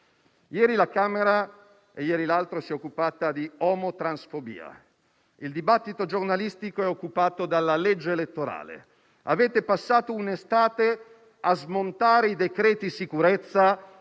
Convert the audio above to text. ieri la Camera si è occupata di omotransfobia; il dibattito giornalistico è occupato dalla legge elettorale. Avete passato un'estate a smontare i decreti sicurezza